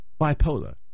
bipolar